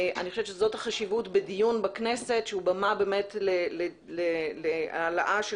אני חושבת שזאת החשיבות בדיון בכנסת שהוא במה להעלאה של